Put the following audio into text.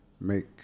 make